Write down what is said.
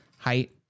Height